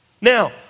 Now